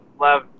love